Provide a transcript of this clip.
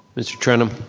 mr. trenum.